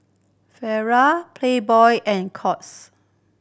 Playboy and Courts